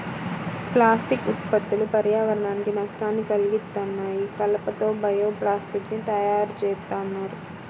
plastic ఉత్పత్తులు పర్యావరణానికి నష్టాన్ని కల్గిత్తన్నాయి, కలప తో బయో ప్లాస్టిక్ ని తయ్యారుజేత్తన్నారు